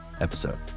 episode